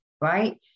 right